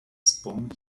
spoon